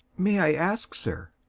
may i ask, sir,